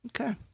Okay